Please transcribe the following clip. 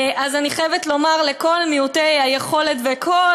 אז אני חייבת לומר שלכל מעוטי היכולת וכל